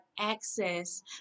access